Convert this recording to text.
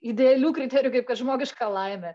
idealių kriterijų kaip kad žmogiška laimė